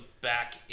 back